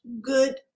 good